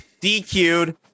DQ'd